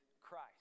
Christ